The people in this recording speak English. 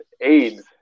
AIDS